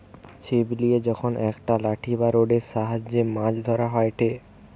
ছিপ লিয়ে যখন একটা লাঠি বা রোডের সাহায্যে মাছ ধরা হয়টে